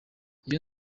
iyo